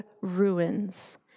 ruins